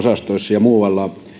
ja muualla